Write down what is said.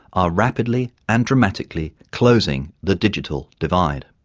are rapidly and dramatically closing the digital divide.